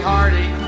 Hardy